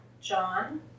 John